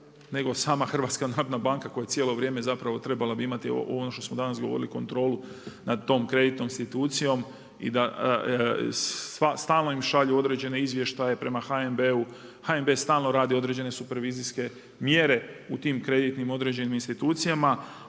nego sama HNB koja cijelo vrijeme bi trebala imati, ono što danas smo govorili, kontrolu nad tom kreditnom institucijom i da stalno im šalju određene izvještaje prema HNB-u, HNB stalno radi određene supervizijske mjere u tim kreditnim određenim institucijama